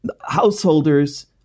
householders